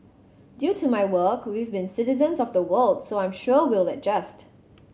due to my work we've been citizens of the world so I'm sure we'll adjust